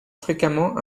fréquemment